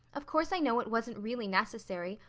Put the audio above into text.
of course i know it wasn't really necessary,